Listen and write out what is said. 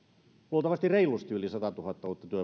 luultavasti reilusti yli satatuhatta uutta